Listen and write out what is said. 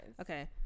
Okay